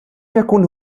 يكن